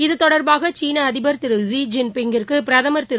இதுதொடர்பாகசீனஅதிபர் Thiru Xi Jin பிங்கிற்குபிரதமர் திரு